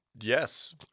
yes